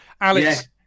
Alex